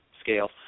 scale